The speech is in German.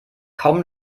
kaum